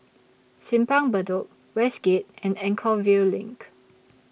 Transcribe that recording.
Simpang Bedok Westgate and Anchorvale LINK